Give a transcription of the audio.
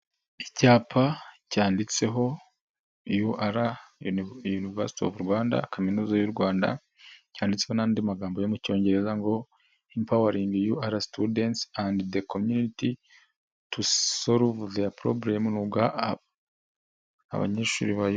Icyapa cyanditseho UR university of Rwanda kaminuza y'u rwanda cyanditswe n'andi magambo yo mu cyongereza ngo impawering UR student the community to solve the probrem ruga abanyeshuri ba...